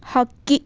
ಹಕ್ಕಿ